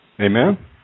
Amen